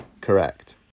Correct